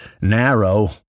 narrow